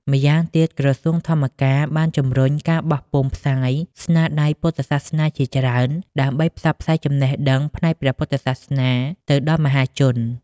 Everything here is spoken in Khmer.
ម្យ៉ាងទៀត ក្រសួងធម្មការបានជំរុញការបោះពុម្ពផ្សាយស្នាដៃពុទ្ធសាសនាជាច្រើន ដើម្បីផ្សព្វផ្សាយចំណេះដឹងផ្នែកព្រះពុទ្ធសាសនាទៅដល់មហាជន។